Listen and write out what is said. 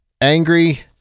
angry